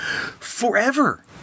forever